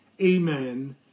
amen